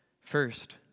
First